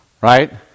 right